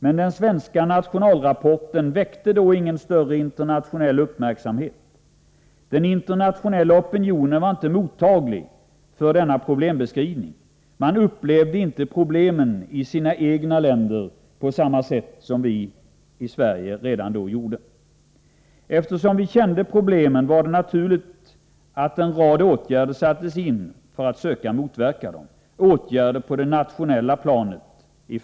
Men den svenska nationalrapporten väckte då ingen större internationell uppmärksamhet. Den internationella opinionen var inte mottaglig för denna problembeskrivning. Man upplevde inte problemen i sina egna länder på samma sätt som vi i Sverige redan då gjorde. Eftersom vi kände problemen var det naturligt att en rad åtgärder sattes in på det nationella planet för att söka motverka dem.